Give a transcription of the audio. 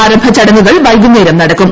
ആരംഭച്ചടങ്ങുകൾ വൈകുന്നേരം നടക്കും